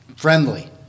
Friendly